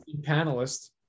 panelists